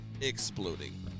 exploding